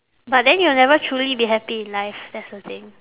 but then you'll never truly be happy in life that's the thing